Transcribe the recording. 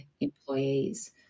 employees